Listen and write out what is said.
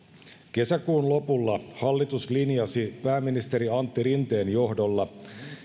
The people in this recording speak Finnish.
kesäkuun lopulla hallitus linjasi pääministeri antti rinteen johdolla